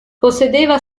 possedeva